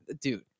Dude